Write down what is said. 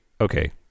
okay